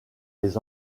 les